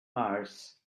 mars